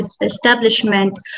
establishment